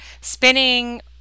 spinning